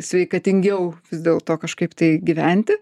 sveikatingiau vis dėlto kažkaip tai gyventi